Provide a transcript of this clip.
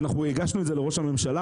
אנחנו הגשנו את זה לראש הממשלה,